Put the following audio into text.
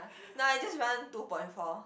no I just run two point four